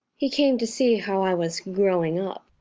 he came to see how i was growing up.